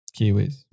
Kiwis